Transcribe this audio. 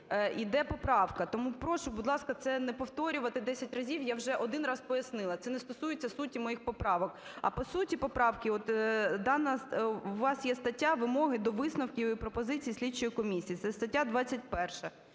йде поправка. Тому прошу, будь ласка, це не повторювати десять разів, я вже один раз пояснила, це не стосується суті моїх поправок. А по суті поправки. У вас є стаття "Вимоги до висновків і пропозицій слідчої комісії", це стаття 21.